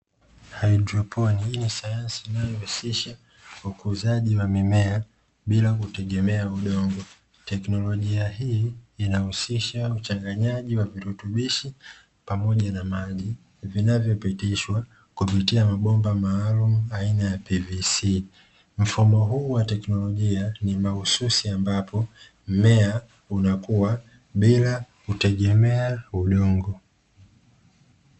Haidroponi hii ni sayansi inayohusisha ukuzaji wa mimea bila kutegemea udongo, teknolojia hii inahusisha uchanganyaji wa virutubishi pamoja na maji vinavyopitishwa kupitia mabomba maalumu aina ya pivisi, mfumo huu wa teknolojia ni mahususi ambapo mmea unakua bila kutegemea udongo.